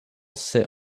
sit